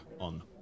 on